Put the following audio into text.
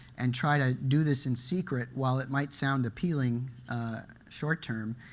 and try to do this in secret while it might sound appealing short term,